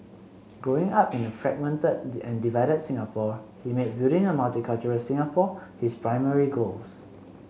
Growing Up in a fragmented and divided Singapore he made building a multicultural Singapore his primary goals